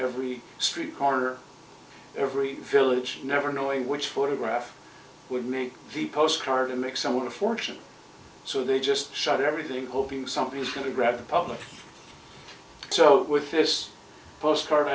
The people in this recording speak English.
every street corner every village never knowing which photograph would make the postcard to make someone a fortune so they just shot everything hoping something was going to grab the public so with this postcard